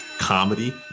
comedy